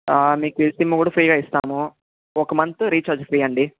మీకు సిమ్ కూడా ఫ్రీగా ఇస్తాము ఒక మంత్ రీఛార్జ్ ఫ్రీ అండి